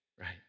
Right